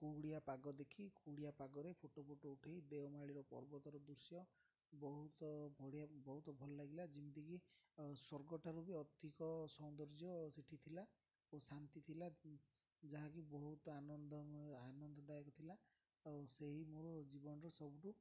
କୁଡ଼ିଆ ପାଗ ଦେଖି କୁଡ଼ିଆ ପାଗରେ ଫୋଟୋ ଫୋଟୋ ଉଠେଇ ଦେଓମାଳିର ପର୍ବତର ଦୃଶ୍ୟ ବହୁତ ବଢ଼ିଆ ବହୁତ ଭଲ ଲାଗିଲା ଯେମିତିକି ସ୍ଵର୍ଗଠାରୁ ବି ଅଧିକ ସୌନ୍ଦର୍ଯ୍ୟ ସେଇଠି ଥିଲା ଓ ଶାନ୍ତି ଥିଲା ଯାହାକି ବହୁତ ଆନନ୍ଦଦାୟକ ଥିଲା ଆଉ ସେହି ମୋର ଜୀବନର ସବୁଠୁ